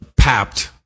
papped